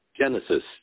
Genesis